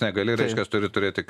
negali reiškias turi turėti